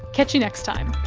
catch you next time